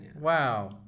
Wow